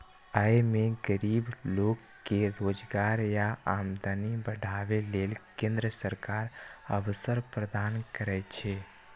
अय मे गरीब लोक कें रोजगार आ आमदनी बढ़ाबै लेल केंद्र सरकार अवसर प्रदान करै छै